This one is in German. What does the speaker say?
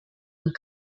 und